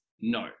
no